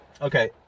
okay